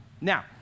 Now